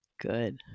Good